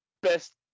Best